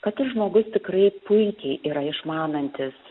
kad ir žmogus tikrai puikiai yra išmanantis